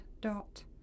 dot